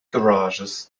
garages